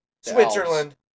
Switzerland